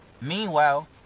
Meanwhile